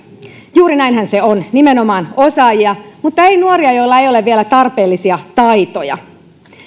juuri näinhän se on nimenomaan osaajia mutta ei nuoria joilla ei ole vielä tarpeellisia taitoja